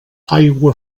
aigua